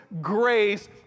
grace